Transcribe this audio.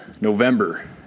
November